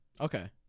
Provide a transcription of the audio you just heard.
Okay